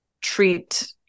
treat